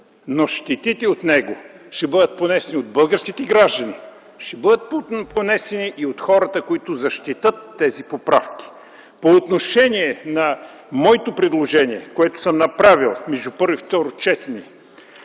но щетите от него ще бъдат понесени от българските граждани, ще бъдат понесени от хората, които защитят тези поправки. По отношение на моето предложение, което съм направил между първо и второ четене,